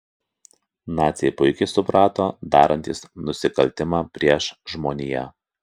naciai puikiai suprato darantys nusikaltimą prieš žmoniją